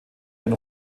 den